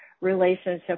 relationship